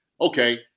okay